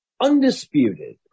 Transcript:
undisputed